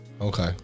Okay